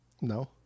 No